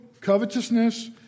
covetousness